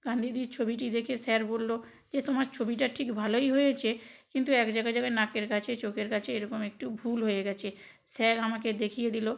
গান্ধিজির ছবিটি দেখে স্যার বললো যে তোমার ছবিটা ঠিক ভালোই হয়েছে কিন্তু এক জায়গা জায়গায় নাকের কাছে চোখেকের কাছে এরকম একটু ভুল হয়ে গেছে স্যার আমাকে দেখিয়ে দিলো